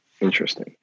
Interesting